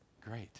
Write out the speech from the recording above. Great